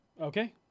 Okay